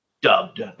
dubbed